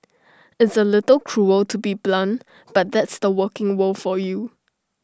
it's A little cruel to be blunt but that's the working world for you